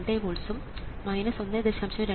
2 വോൾട്സ്ഉം 1